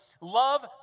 love